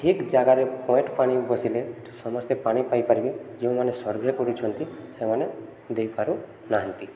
ଠିକ୍ ଜାଗାରେ ପଏଣ୍ଟ ପାଣି ବସିଲେ ସମସ୍ତେ ପାଣି ପାଇପାରିବେ ଯେଉଁମାନେ ସର୍ଭେ କରୁଛନ୍ତି ସେମାନେ ଦେଇପାରୁନାହାନ୍ତି